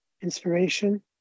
inspiration